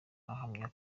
ahamya